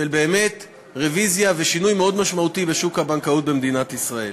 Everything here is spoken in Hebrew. של באמת רוויזיה ושינוי מאוד משמעותי בשוק הבנקאות במדינת ישראל.